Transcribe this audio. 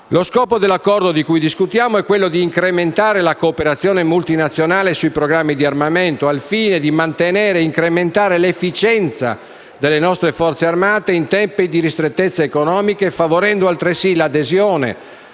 Lo scopo dell'accordo di cui discutiamo è quello di incrementare la cooperazione multinazionale sui programmi di armamento al fine di mantenere e incrementare l'efficienza delle nostre Forze armate in tempi di ristrettezze economiche, favorendo altresì l'adesione